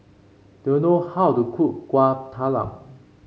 do you know how to cook Kuih Talam